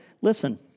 listen